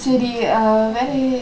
சரி:seri uh